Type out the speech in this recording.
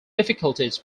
difficulties